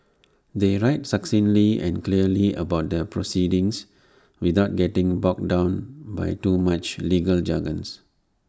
they write succinctly and clearly about the proceedings without getting bogged down by too much legal jargon